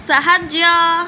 ସାହାଯ୍ୟ